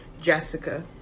Jessica